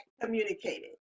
communicated